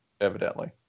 evidently